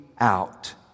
out